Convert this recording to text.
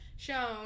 shown